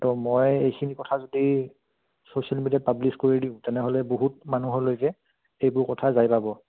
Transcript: তো মই এইখিনি কথা যদি ছ'চিয়েল মিডিয়াত পাব্লিছ কৰি দিওঁ তেনেহ'লে বহুত মানুহলৈকে এইবোৰ কথা যাই পাব